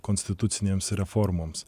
konstitucinėms reformoms